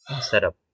Setup